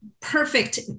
perfect